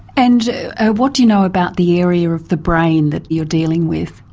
and what do you know about the area of the brain that you're dealing with?